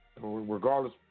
Regardless